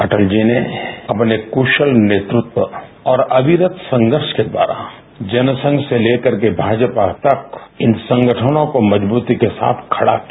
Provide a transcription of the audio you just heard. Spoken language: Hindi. अटल जी ने अपने कुशल नेतृत्व और अभिरत संघर्ष के द्वारा जनसंघ से लेकर के भाजपा तक इन संगठनों को मजबूती के साथ खड़ा किया